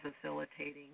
facilitating